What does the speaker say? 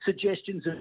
suggestions